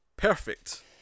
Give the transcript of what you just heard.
perfect